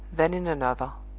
then in another.